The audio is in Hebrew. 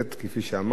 כפי שאמרת,